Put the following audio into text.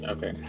Okay